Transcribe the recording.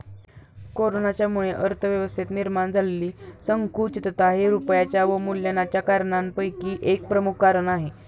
कोरोनाच्यामुळे अर्थव्यवस्थेत निर्माण झालेली संकुचितता हे रुपयाच्या अवमूल्यनाच्या कारणांपैकी एक प्रमुख कारण आहे